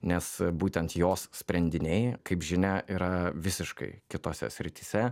nes būtent jos sprendiniai kaip žinia yra visiškai kitose srityse